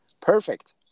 Perfect